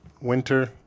Winter